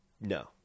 no